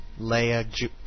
Leia